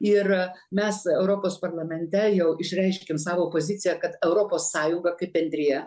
ir mes europos parlamente jau išreiškėm savo poziciją kad europos sąjunga kaip bendrija